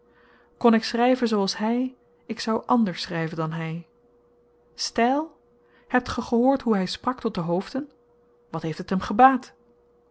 kon ik schryven zooals hy ik zou ànders schryven dan hy styl hebt ge gehoord hoe hy sprak tot de hoofden wat heeft het hem gebaat